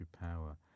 power